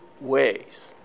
ways